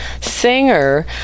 singer